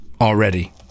already-